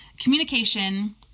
communication